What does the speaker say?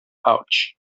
pouch